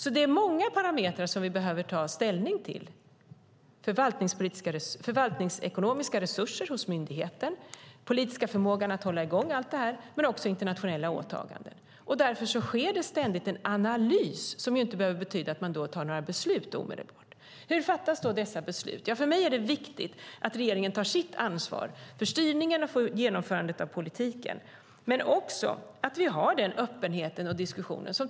Det är alltså många parametrar som vi behöver ta ställning till: förvaltningsekonomiska resurser hos myndigheten, den politiska förmågan att hålla i gång allt detta men också internationella åtaganden. Därför sker det ständigt en analys som inte behöver betyda att man omedelbart tar några beslut. Hur fattas då dessa beslut? För mig är det viktigt att regeringen tar sitt ansvar för styrningen och för genomförandet av politiken. Men det är också viktigt att vi har en öppenhet och en diskussion.